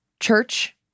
church